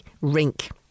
rink